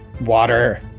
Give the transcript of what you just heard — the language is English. water